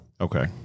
Okay